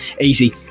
Easy